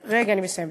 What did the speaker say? רגע, אני מסיימת.